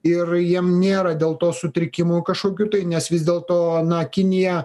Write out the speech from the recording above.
ir jiem nėra dėl to sutrikimų kažkokių tai nes vis dėl to na kinija